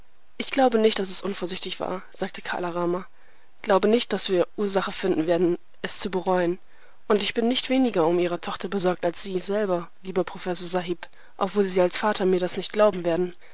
ich glaube nicht daß es unvorsichtig war sagte kala rama glaube nicht daß wir ursache finden werden es zu bereuen und ich bin nicht weniger um ihre tochter besorgt als sie selber lieber professor sahib obwohl sie als vater mir das nicht glauben werden